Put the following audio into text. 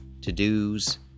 to-dos